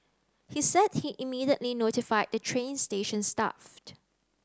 he said he immediately notified the train station staff